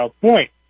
point